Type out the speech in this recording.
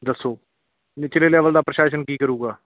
ਦੱਸੋ ਨੀਚਲੇ ਲੈਵਲ ਦਾ ਪ੍ਰਸ਼ਾਸਨ ਕੀ ਕਰੂਗਾ